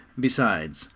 besides,